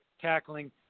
tackling